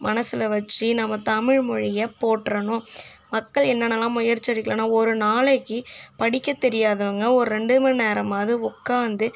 மனசில் வச்சு நம்ம தமிழ்மொழியை போற்றணும் மக்கள் என்னெனலாம் முயற்சி எடுக்கலாம்னா ஒரு நாளைக்கு படிக்க தெரியாதவங்க ஒரு ரெண்டு மணி நேரமாவது உட்காந்து